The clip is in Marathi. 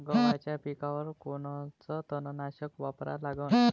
गव्हाच्या पिकावर कोनचं तननाशक वापरा लागन?